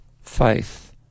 faith